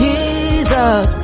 Jesus